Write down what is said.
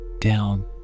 Down